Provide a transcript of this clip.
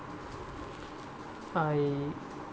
I